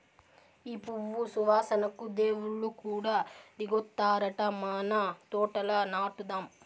ఈ పువ్వు సువాసనకు దేవుళ్ళు కూడా దిగొత్తారట మన తోటల నాటుదాం